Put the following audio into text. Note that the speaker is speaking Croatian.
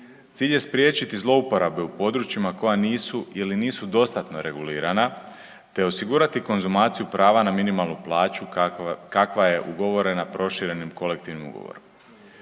Cilj je spriječiti zlouporabe u područjima koja nisu ili nisu dostatno regulirana, te osigurati konzumaciju prava na minimalnu plaću kakva je ugovorena proširenim kolektivnim ugovorom.